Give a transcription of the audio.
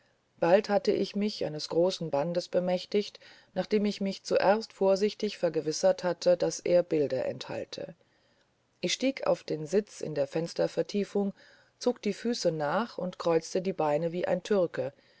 bald hatte ich mich eines großen bandes bemächtigt nachdem ich mich zuerst vorsichtig vergewissert hatte daß er bilder enthalte ich stieg auf den sitz in der fenstervertiefung zog die füße nach und kreuzte die beine wie ein türke